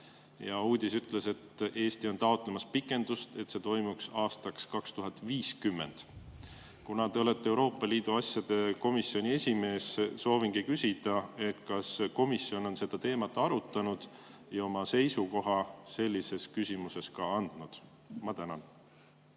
Uudis ütles, et Eesti on taotlemas pikendust, et see toimuks aastaks 2050. Kuna te olete Euroopa Liidu asjade komisjoni esimees, siis soovingi küsida, kas komisjon on seda teemat arutanud ja oma seisukoha selles küsimuses ka andnud. Aitäh,